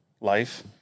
Life